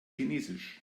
chinesisch